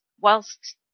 Whilst